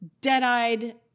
dead-eyed